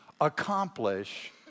accomplish